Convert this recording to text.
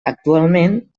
actualment